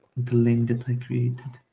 the link that i created.